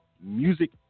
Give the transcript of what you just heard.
music